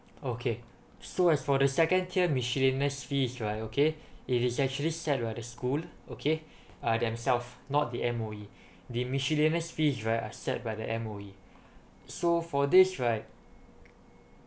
okay so as for the second tier miscellaneous fee okay it is actually set rather school okay uh themselves not the M_O_E the miscellaneous fee right are set by the M_O_E so for this right